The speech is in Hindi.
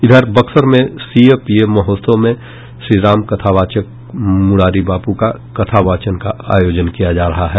इधर बक्सर में सिय पिय महोत्सव में श्रीराम कथा बाचक मुरारी बापू का कथा बाचन का आयोजन किया जा रहा है